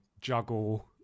juggle